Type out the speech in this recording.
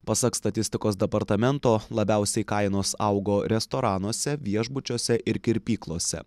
pasak statistikos departamento labiausiai kainos augo restoranuose viešbučiuose ir kirpyklose